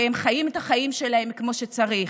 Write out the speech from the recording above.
ושהם יחיו את החיים שלהם כמו שצריך.